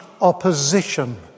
opposition